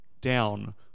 down